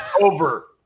over